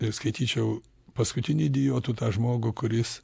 ir skaityčiau paskutinį idiotu tą žmogų kuris